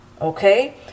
Okay